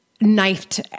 knifed